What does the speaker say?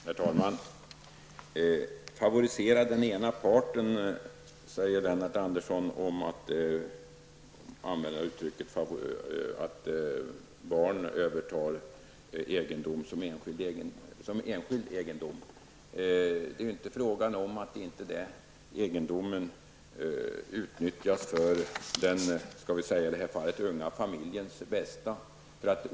Herr talman! Favorisera den ena parten, säger Lennart Andersson om att barn övertar egendom från sina föräldrar som enskild egendom. Det är inte fråga om att inte den egendomen utnyttjas till den unga familjens bästa.